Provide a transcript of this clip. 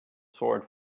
sword